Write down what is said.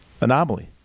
anomaly